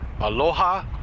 aloha